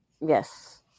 Yes